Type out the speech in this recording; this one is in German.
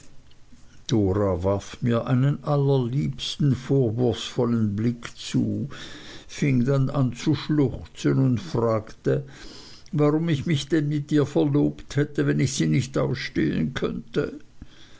mir einen allerliebsten vorwurfsvollen blick zu fing dann an zu schluchzen und fragte warum ich mich denn mit ihr verlobt hätte wenn ich sie nicht ausstehen könnte